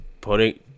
putting